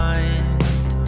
mind